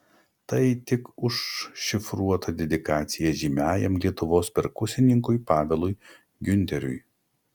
tai tik užšifruota dedikacija žymiajam lietuvos perkusininkui pavelui giunteriui